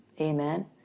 Amen